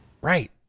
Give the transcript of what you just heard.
Right